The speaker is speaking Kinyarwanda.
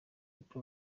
ifite